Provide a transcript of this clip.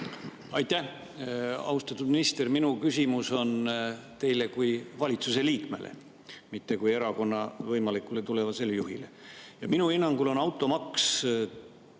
Aitäh! Austatud minister! Minu küsimus on teile kui valitsuse liikmele, mitte kui erakonna võimalikule tulevasele juhile. Minu hinnangul on automaks